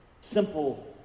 simple